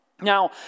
Now